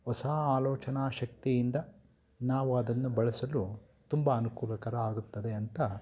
ಹೊಸ ಆಲೋಚನಾ ಶಕ್ತಿಯಿಂದ ನಾವು ಅದನ್ನು ಬಳಸಲು ತುಂಬ ಅನುಕೂಲಕರ ಆಗುತ್ತದೆ ಅಂತ